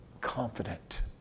confident